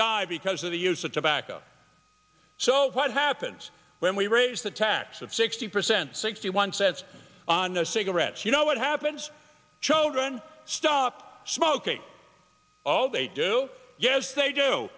die because of the use of tobacco so what happens when we raise the tax of sixty percent sixty one cents on cigarettes you know what happens children stop smoking all they do yes they do